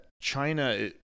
China